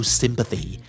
sympathy